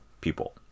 people